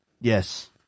Yes